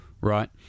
right